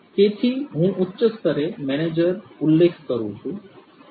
તેથી હું ઉચ્ચ સ્તરે મેનેજર ઉલ્લેખ કરું છું